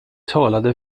talade